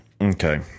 Okay